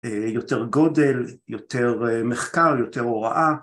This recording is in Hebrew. יותר גודל, יותר מחקר, יותר הוראה.